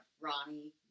Ronnie